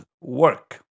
work